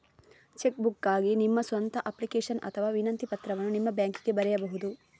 check ಬುಕ್ಗಾಗಿ ನಿಮ್ಮ ಸ್ವಂತ ಅಪ್ಲಿಕೇಶನ್ ಅಥವಾ ವಿನಂತಿ ಪತ್ರವನ್ನು ನಿಮ್ಮ ಬ್ಯಾಂಕಿಗೆ ಬರೆಯಬಹುದು